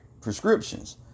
prescriptions